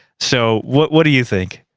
so what what do you think?